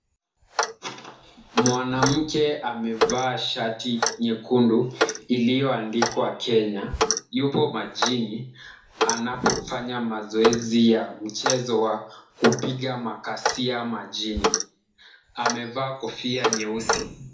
Mwanamke amevaa shati nyekundu iliyoandikwa Kenya. Yupo majini anapofanya mazoezi ya mchezo wa kupiga makasia majini. Amevaa kofia nyeusi.